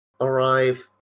arrive